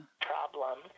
...problem